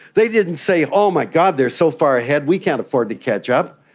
they didn't say, oh my god, they're so far ahead we can't afford to catch up,